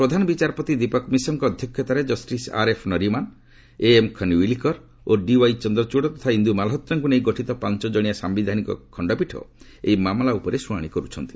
ପ୍ରଧାନ ବିଚାରପତି ଦୀପକ ମିଶ୍କଙ୍କ ଅଧ୍ୟକ୍ଷତାରେ justice RF Nariman AM Khanwilkar DY Chandrachud ଓ ଇନ୍ଦୁ ମାଲ୍ହୋତ୍ରାଙ୍କୁ ନେଇ ଗଠିତ ପାଞ୍ଚ ଜଣିଆ ସାୟିଧାନିକ ଖଣ୍ଡପୀଠ ଏହି ମାମଲା ଉପରେ ଶୁଣାଶି କରୁଛନ୍ତି